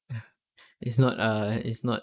uh it's not err it's not